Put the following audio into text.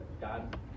God